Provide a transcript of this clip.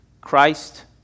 Christ